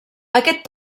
aquest